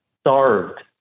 starved